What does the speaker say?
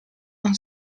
non